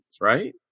right